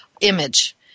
image